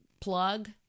plug